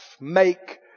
make